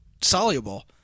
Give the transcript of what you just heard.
soluble